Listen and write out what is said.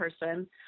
person